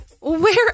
Where